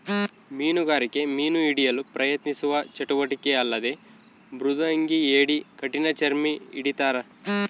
ಮೀನುಗಾರಿಕೆ ಮೀನು ಹಿಡಿಯಲು ಪ್ರಯತ್ನಿಸುವ ಚಟುವಟಿಕೆ ಅಲ್ಲದೆ ಮೃದಂಗಿ ಏಡಿ ಕಠಿಣಚರ್ಮಿ ಹಿಡಿತಾರ